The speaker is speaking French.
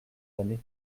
années